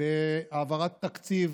בהעברת התקציב